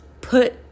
put